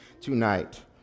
tonight